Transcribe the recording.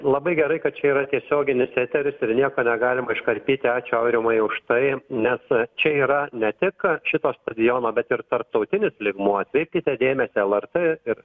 labai gerai kad čia yra tiesioginis eteris ir nieko negalima iškarpyti ačiū aurimui už tai nes čia yra ne tik šito stadiono bet ir tarptautinis lygmuo atkreipkite dėmesį lrt ir